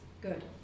Good